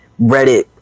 reddit